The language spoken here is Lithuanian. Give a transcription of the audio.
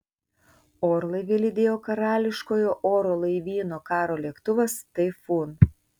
orlaivį lydėjo karališkojo oro laivyno karo lėktuvas taifūn